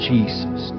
Jesus